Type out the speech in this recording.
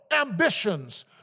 ambitions